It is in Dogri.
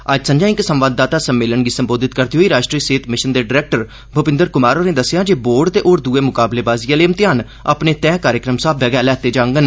अज्ज संजा इक संवाददाता सम्मेलन गी संबोधत करदे होई राश्ट्री सेहत मिशन दे डरैक्टर भूपिंदर कुमार होरे दस्सेआ जे बोर्ड ते होर दुए मकाबलेबाजी आले मतेहान अपने तैह कार्यक्रम स्हाबै गै लैते जांगन